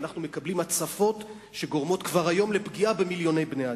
ואנחנו מקבלים הצפות שגורמות כבר היום לפגיעה במיליוני בני אדם.